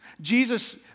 Jesus